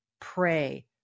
pray